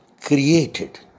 created